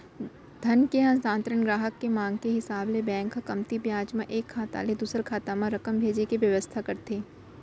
धन के हस्तांतरन गराहक के मांग के हिसाब ले बेंक ह कमती बियाज म एक खाता ले दूसर खाता म रकम भेजे के बेवस्था करथे